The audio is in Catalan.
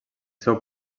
seu